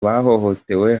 bahohotewe